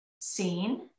seen